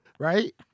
Right